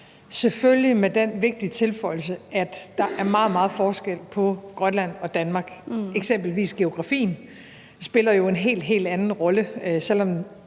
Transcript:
selvfølgelig med den vigtige tilføjelse, at der er meget, meget stor forskel på Grønland og Danmark. Eksempelvis geografien spiller jo en helt, helt anden rolle. Selv om